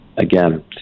Again